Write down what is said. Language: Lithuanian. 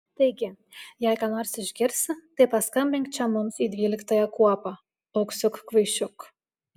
taigi jei ką nors išgirsi tai paskambink čia mums į dvyliktąją kuopą auksiuk kvaišiuk